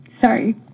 sorry